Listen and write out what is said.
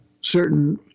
certain